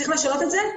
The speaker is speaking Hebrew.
צריך לשנות את זה.